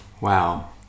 Wow